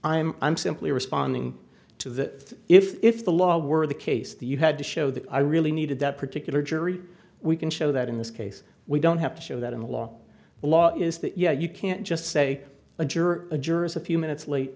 i'm i'm simply responding to that if the law were the case you had to show that i really needed that particular jury we can show that in this case we don't have to show that in the law the law is that you know you can't just say a juror a juror is a few minutes late